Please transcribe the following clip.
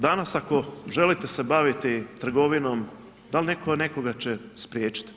Danas ako želite se baviti trgovinom, dal' netko nekoga će spriječiti?